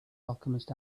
alchemist